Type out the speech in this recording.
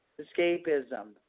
escapism